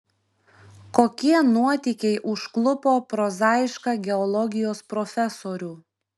kokie nuotykiai užklupo prozaišką geologijos profesorių